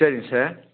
சரிங்க சார்